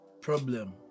Problem